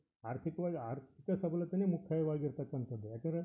ಆರ್ಥಿಕವಾಗಿ ಆರ್ಥಿಕ ಸಬಲತೇನೇ ಮುಖ್ಯವಾಗಿರ್ತಕಂಥದು ಯಾಕಾರ